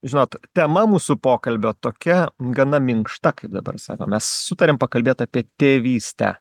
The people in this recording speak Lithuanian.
žinot tema mūsų pokalbio tokia gana minkšta kaip dabar sako mes sutarėm pakalbėt apie tėvystę